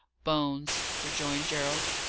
bones, rejoined gerald.